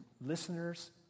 listeners